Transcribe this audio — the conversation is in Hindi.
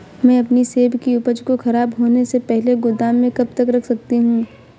मैं अपनी सेब की उपज को ख़राब होने से पहले गोदाम में कब तक रख सकती हूँ?